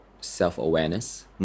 self-awareness